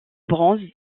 bronze